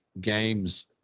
Games